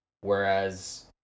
Whereas